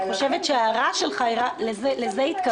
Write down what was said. ההערה שלך לזה התכוונתי.